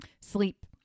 sleep